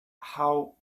how